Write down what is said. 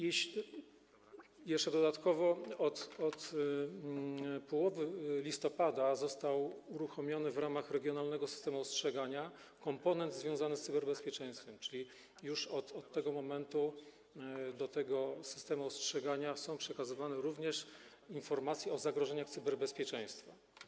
Jeszcze dodatkowo od połowy listopada został uruchomiony w ramach regionalnego systemu ostrzegania komponent związany z cyberbezpieczeństwem, czyli już od tego momentu do tego systemu ostrzegania są przekazywane również informacje o zagrożeniach cyberbezpieczeństwa.